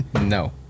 No